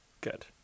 good